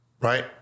right